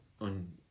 on